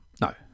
no